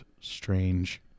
strange